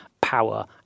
power